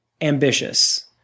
ambitious